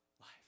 life